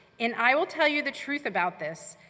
in i will tell you the truth about this,